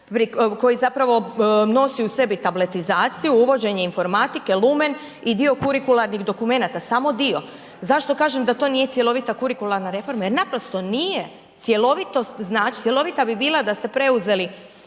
koji nosi u sebi tabletizaciju, uvođenje informatike, lumen i dio kurikuralnih dokumenata samo dio. Zašto kažem da to nije cjelovita kurikuralna reforma? Jer naprosto nije. Cjelovita bi bila da ste preuzeli